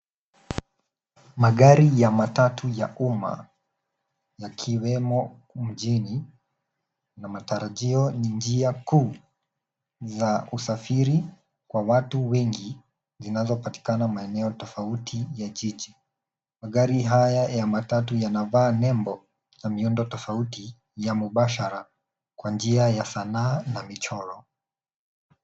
Magari ya matatu ya umma yakiwemo mjini na matarajio ni njia kuu na usafiri kwa watu wengi inavyo patikana maeneo tofauti ya jiji, magari haya ya matatu yanavaa nembo na miundo tofauti ya mubashara kwa njia ya sanaa na michoro.